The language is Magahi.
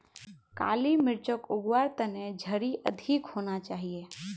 काली मिर्चक उग वार तने झड़ी अधिक होना चाहिए